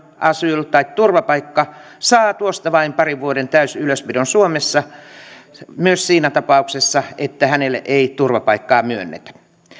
asyl tai turvapaikka saa tuosta vaan parin vuoden täysylöspidon suomessa myös siinä tapauksessa että hänelle ei turvapaikkaa myönnetä